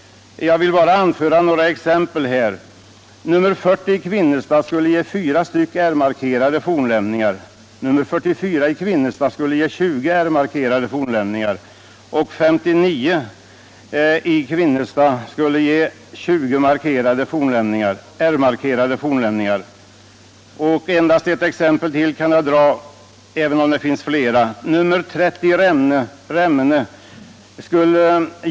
Jag vill anföra några exempel: Nr 40 i Kvinnestad skulle ge 4 R-markerade fornlämningar, nr 44 i Kvinnestad skulle ge 20 R-markerade fornlämningar, nr 59 i Kvinnestad skulle ge 20 R-markerade fornlämningar, nr 30 i Remmene skulle ge ca 90 R-markerade fornlämningar.